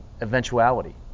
eventuality